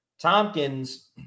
Tompkins